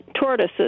tortoises